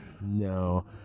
No